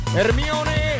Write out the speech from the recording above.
Hermione